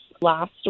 last